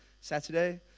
saturday